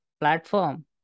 platform